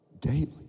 daily